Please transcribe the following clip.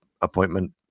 appointment